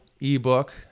ebook